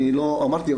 אני לא אמרתי,